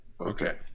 Okay